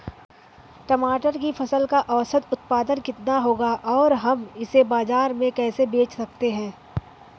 टमाटर की फसल का औसत उत्पादन कितना होगा और हम इसे बाजार में कैसे बेच सकते हैं?